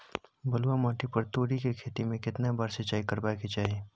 बलुआ माटी पर तोरी के खेती में केतना बार सिंचाई करबा के चाही?